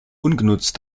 ungenutzt